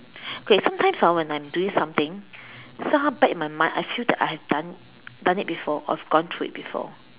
okay sometimes ah when I'm doing something somehow back in my mind I feel that I've done done it before or gone through it before